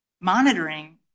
monitoring